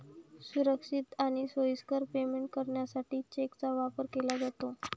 सुरक्षित आणि सोयीस्कर पेमेंट करण्यासाठी चेकचा वापर केला जातो